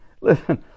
listen